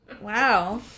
Wow